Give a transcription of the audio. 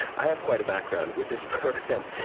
i have quite a background with this program,